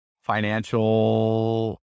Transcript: financial